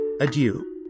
Adieu